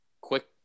Quick